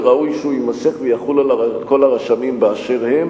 וראוי שהוא יימשך ויחול על כל הרשמים באשר הם,